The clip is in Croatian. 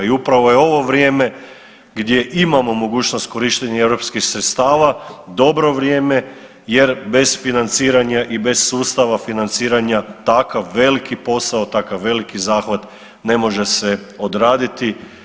I upravo je ovo vrijeme gdje imamo mogućnost korištenja europskih sredstava, dobro vrijeme jer bez financiranja i bez sustava financiranja takav veliki posao, takav veliki zahvat ne može se odraditi.